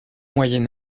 moyen